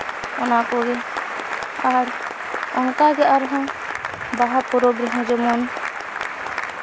ᱚᱱᱟ ᱠᱚᱜᱮ ᱟᱨ ᱚᱱᱠᱟᱜᱮ ᱟᱨᱦᱚᱸ ᱵᱟᱦᱟ ᱯᱚᱨᱚᱵᱽ ᱨᱮᱦᱚᱸ ᱡᱮᱢᱚᱱ